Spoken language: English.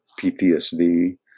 PTSD